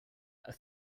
are